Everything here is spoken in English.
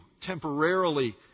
temporarily